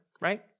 right